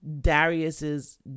Darius's